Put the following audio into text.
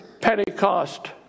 Pentecost